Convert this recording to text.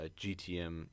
GTM